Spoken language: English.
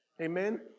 Amen